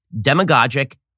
demagogic